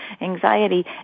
anxiety